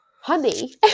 honey